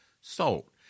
Salt